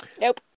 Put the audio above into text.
Nope